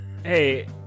Hey